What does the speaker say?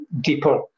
deeper